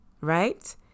right